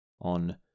on